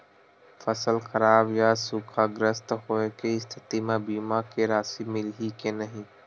फसल खराब या सूखाग्रस्त होय के स्थिति म बीमा के राशि मिलही के नही?